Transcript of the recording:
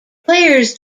players